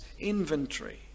inventory